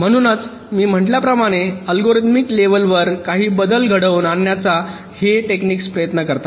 म्हणूनच मी म्हटल्याप्रमाणे अल्गोरिदम लेव्हलवर काही बदल घडवून आणण्याचा हे टेक्निक्स प्रयत्न करतात